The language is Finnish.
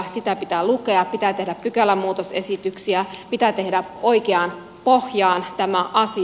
sitä pitää lukea pitää tehdä pykälämuutosesityksiä pitää tehdä oikeaan pohjaan tämä asia